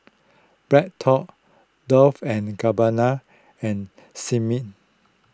BreadTalk Dolce and Gabbana and